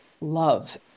love